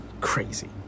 crazy